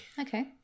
Okay